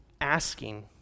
asking